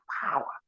power